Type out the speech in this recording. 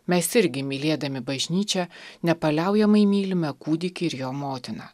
mes irgi mylėdami bažnyčią nepaliaujamai mylime kūdikį ir jo motiną